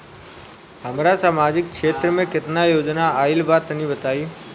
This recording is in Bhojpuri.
हमरा समाजिक क्षेत्र में केतना योजना आइल बा तनि बताईं?